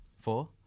four